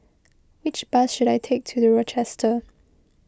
which bus should I take to the Rochester